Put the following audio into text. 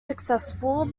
successful